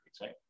right